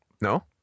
No